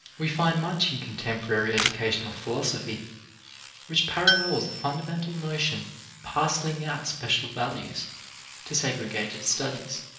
we find much in contemporary educational philosophy which parallels the fundamental notion of parceling out special values to segregated studies.